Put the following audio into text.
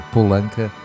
Polanca